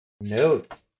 Notes